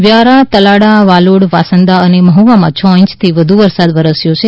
વ્યારા તલાળા વાલોડ વાંસદા અને મહુવામાં છ ઈંચથી વધુ વરસાદ વરસ્યો છે